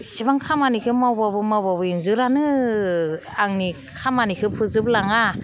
इसेबां खामानिखौ मावबाबो मावबाबो एन्जरानो आंनि खामानिखौ फोजोबलाङा